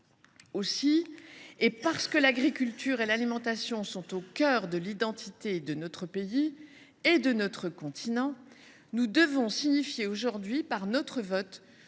Aussi, et parce que l’agriculture et l’alimentation sont au cœur de l’identité de notre pays et de notre continent, nous devons signifier aujourd’hui, par notre vote,